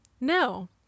No